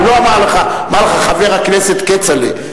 הוא לא אמר לך: חבר הכנסת כצל'ה.